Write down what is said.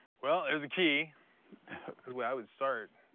well, there's the key. is where i would start.